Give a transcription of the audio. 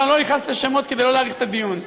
ואני לא נכנס לשמות כדי שלא להאריך את הדיון.